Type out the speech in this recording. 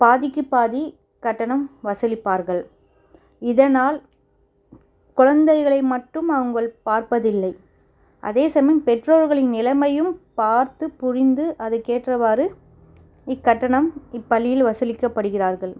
பாதிக்குப்பாதி கட்டணம் வசூலிப்பார்கள் இதனால் குழந்தைகளை மட்டும் அவுங்கள் பார்ப்பதில்லை அதே சமயம் பெற்றோர்களின் நிலைமையும் பார்த்து புரிந்து அதுக்கேற்றவாறு இக்கட்டணம் இப்பள்ளியில் வசூலிக்கப்படுகிறார்கள்